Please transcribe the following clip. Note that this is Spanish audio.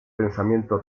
pensamiento